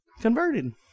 Converted